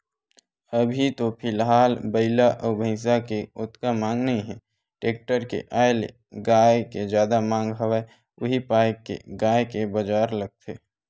अभी तो फिलहाल बइला अउ भइसा के ओतका मांग नइ हे टेक्टर के आय ले गाय के जादा मांग हवय उही पाय के गाय के बजार लगथे